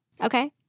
Okay